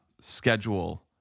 schedule